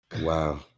Wow